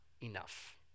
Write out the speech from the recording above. enough